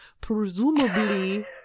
Presumably